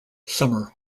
summer